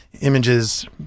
images